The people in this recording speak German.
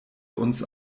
uns